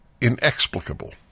inexplicable